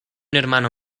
hermano